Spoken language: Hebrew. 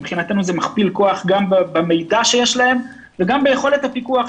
מבחינתנו זה מכפיל כוח גם במידע שיש להן וגם ביכולות הפיקוח,